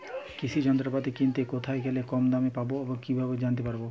কৃষি যন্ত্রপাতি কিনতে কোথায় গেলে কম দামে পাব কি করে জানতে পারব?